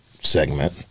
segment